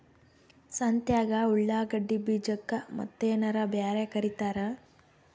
ಸಂತ್ಯಾಗ ಉಳ್ಳಾಗಡ್ಡಿ ಬೀಜಕ್ಕ ಮತ್ತೇನರ ಬ್ಯಾರೆ ಕರಿತಾರ?